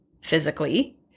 physically